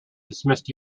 dismissed